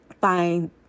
find